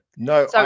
No